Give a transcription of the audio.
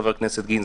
חבר הכנסת גינזבורג,